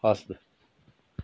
हस् त